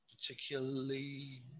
particularly